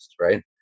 Right